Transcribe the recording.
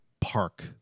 park